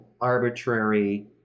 arbitrary